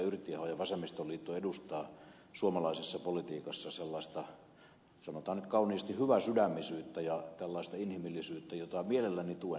yrttiaho ja vasemmistoliitto edustavat suomalaisessa politiikassa sellaista sanotaan nyt kauniisti hyväsydämisyyttä ja inhimillisyyttä jota mielelläni tuen